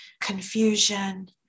confusion